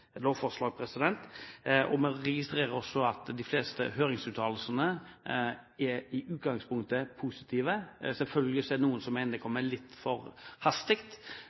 lovforslag. Vi registrerer også at de fleste høringsuttalelsene i utgangspunktet er positive. Selvfølgelig er det noen som mener det kommer litt for hastig.